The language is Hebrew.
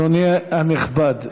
אדוני הנכבד,